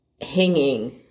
hanging